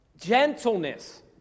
Gentleness